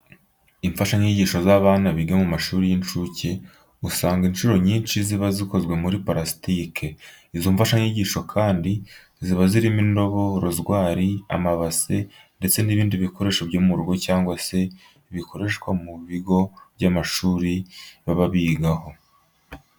Imfashanyigisho z'abana biga mu mashuri y'incuke, usanga incuro nyinshi ziba zikozwe muri parasitike. Izo mfashanyigisho kandi ziba zirimo indobo, rozwari, amabase ndetse n'ibindi bikoresho byo mu rugo cyangwa se bikoreshwa ku bigo by'amashuri baba bigaho.